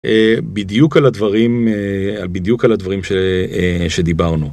בדיוק על הדברים שדיברנו.